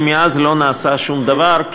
ומאז לא נעשה שום דבר,